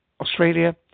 Australia